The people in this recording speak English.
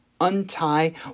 untie